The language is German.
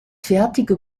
fertige